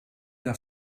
der